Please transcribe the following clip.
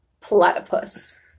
platypus